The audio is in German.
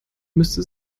müsste